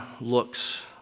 looks